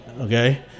Okay